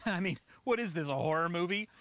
i mean, what is this, a horror movie?